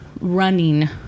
running